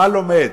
מה לומד?